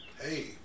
Hey